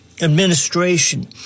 administration